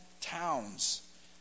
towns